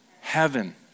heaven